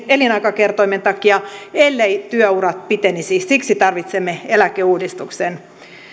elinaikakertoimen takia elleivät työurat pitenisi siksi tarvitsemme eläkeuudistuksen